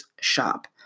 shop